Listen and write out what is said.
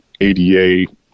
ADA